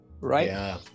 right